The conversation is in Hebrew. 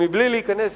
מבלי להיכנס לפירוט,